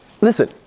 Listen